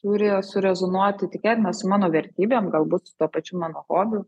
turi surezonuoti tikėtina su mano vertybėm galbūt su tuo pačiu mano hobiu